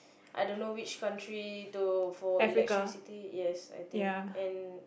I don't know which country though for electricity yes I think and